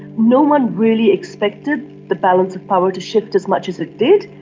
no one really expected the balance of power to shift as much as it did,